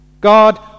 God